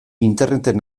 interneten